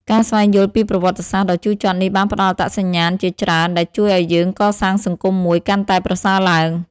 ការស្វែងយល់ពីប្រវត្តិសាស្ត្រដ៏ជូរចត់នេះបានផ្តល់អត្ថប្រយោជន៍ជាច្រើនដែលជួយឲ្យយើងកសាងសង្គមមួយកាន់តែប្រសើរឡើង។